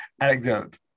anecdote